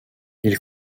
ils